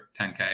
10K